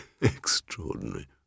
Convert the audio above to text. Extraordinary